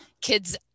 kids